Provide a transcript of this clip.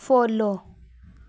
follow